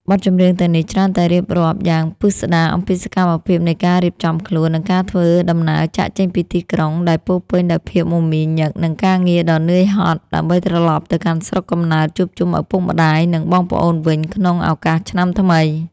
បទចម្រៀងទាំងនេះច្រើនតែរៀបរាប់យ៉ាងពិស្តារអំពីសកម្មភាពនៃការរៀបចំខ្លួន និងការធ្វើដំណើរចាកចេញពីទីក្រុងដែលពោរពេញដោយភាពមមាញឹក និងការងារដ៏នឿយហត់ ដើម្បីត្រឡប់ទៅកាន់ស្រុកកំណើតជួបជុំឪពុកម្តាយ និងបងប្អូនវិញក្នុងឱកាសឆ្នាំថ្មី។